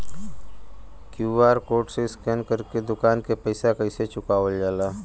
QR code से scan कर के दुकान के पैसा कैसे चुकावल जाला?